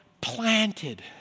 planted